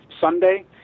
Sunday